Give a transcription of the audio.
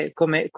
come